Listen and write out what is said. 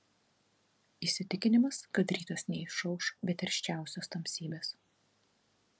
įsitikinimas kad rytas neišauš be tirščiausios tamsybės